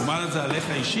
הוא אמר את זה עליך אישית?